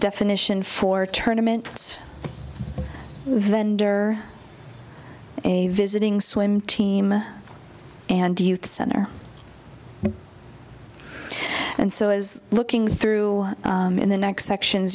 definition for tournaments vendor a visiting swim team and youth center and so as looking through the next sections